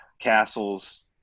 Castles